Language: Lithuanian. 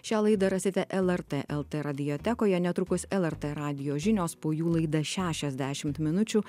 šią laidą rasite lrt lt radiotekoje netrukus lrt radijo žinios po jų laida šešiasdešimt minučių